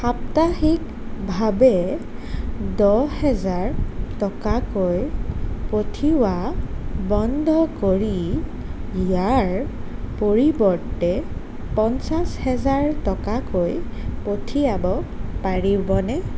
সাপ্তাহিকভাৱে দহ হেজাৰ টকাকৈ পঠিওৱা বন্ধ কৰি ইয়াৰ পৰিৱৰ্তে পঞ্চাছ হেজাৰ টকাকৈ পঠিয়াব পাৰিবনে